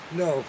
no